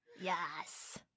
Yes